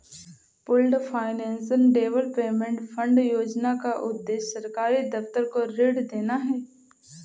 pooled finance development fund योजना का उद्देश्य सरकारी दफ्तर को ऋण देना है